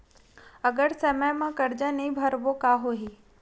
अगर समय मा कर्जा नहीं भरबों का होई?